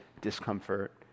discomfort